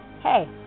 Hey